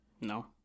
No